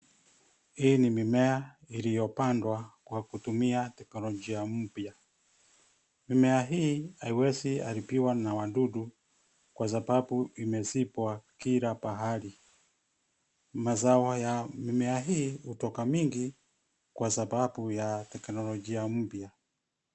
Hii ni mimea iliyopandwa kwa kutumia teknologia mpya. Mimea hii haiwezi haribiwa na wadudu kwa sababu imezibwa kila pahali. Mazao ya mimea hii hutoka mingi kwa sababu ya teknologia mpya.